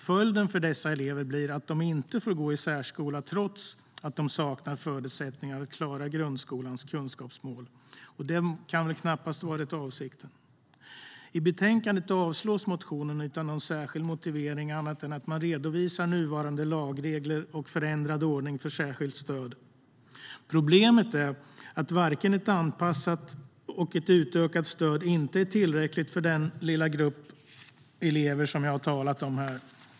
Följden för dessa elever blir att de inte får gå i särskola, trots att de saknar förutsättningar att klara grundskolans kunskapsmål. Det kan väl knappast ha varit avsikten. I betänkandet avslås motionen utan någon särskild motivering, annat än att man redovisar nuvarande lagregler och den förändrade ordningen för särskilt stöd. Problemet är att ett anpassat och utökat stöd inte är tillräckligt för den lilla grupp elever som jag har talat om här.